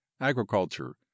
Agriculture